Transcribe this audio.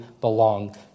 belong